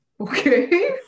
okay